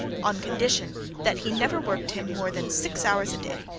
on condition that he never worked him more than six hours a day,